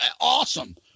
awesome